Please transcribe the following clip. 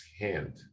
hand